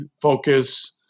focus